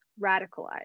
Radicalized